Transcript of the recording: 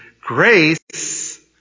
grace